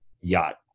yacht